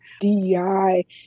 DEI